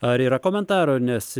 ar yra komentaro nes